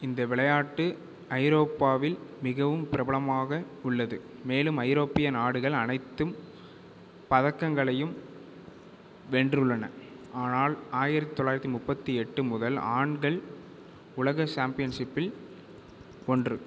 இந்த விளையாட்டு ஐரோப்பாவில் மிகவும் பிரபலமாக உள்ளது மேலும் ஐரோப்பிய நாடுகள் அனைத்து பதக்கங்களையும் வென்றுள்ளன ஆனால் ஆயிரத்து தொள்ளாயிரத்து முப்பத்து எட்டு முதல் ஆண்கள் உலக சாம்பியன்ஷிப்பில் ஒன்று